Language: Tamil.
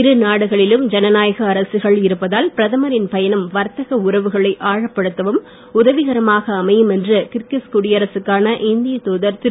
இரு நாடுகளிலும் ஜனநாயக அரசுகள் இருப்பதால் பிரதமரின் பயணம் வர்த்தக உறவுகளை ஆழப்படுத்தவும் உதவிகரமாக அமையும் என்று கிர்கிஸ் குடியரசுக்கான இந்திய தூதர் திரு